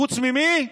חוץ ממי?